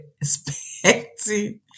Expecting